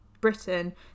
Britain